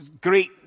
great